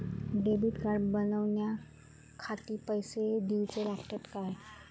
Debit card बनवण्याखाती पैसे दिऊचे लागतात काय?